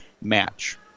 match